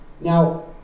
Now